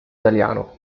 italiano